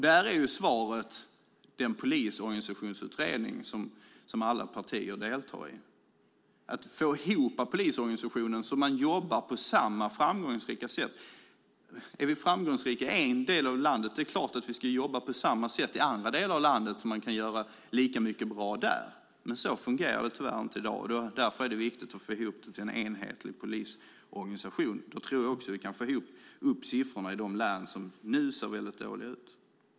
Där är svaret den polisorganisationsutredning som alla partier deltar i för att få ihop polisorganisationen så att man jobbar på samma framgångsrika sätt. Är vi framgångsrika i en del av landet är det klart att man ska jobba på samma sätt i andra delar av landet så att man göra lika mycket bra där. Men så fungerar det tyvärr inte i dag, och därför är det viktigt att få ihop det till en enhetlig polisorganisation. Jag tror också att vi kan få upp siffrorna i de län där det nu ser väldigt dåligt ut.